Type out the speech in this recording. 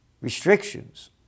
restrictions